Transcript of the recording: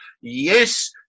Yes